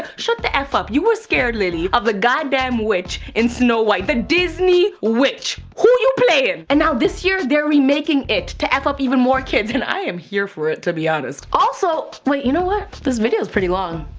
shut the eff up! you were scared, lilly, of the goddamn witch in snow white. the disney witch! who you playin'? and now this year, they're remaking it to eff up even more kids. and i am here for it, to be honest. also, wait, you know what? this video's pretty long.